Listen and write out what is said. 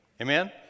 Amen